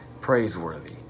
praiseworthy